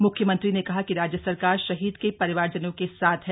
मुख्यमंत्री ने कहा कि राज्य सरकार शहीद के परिवारजनों के साथ है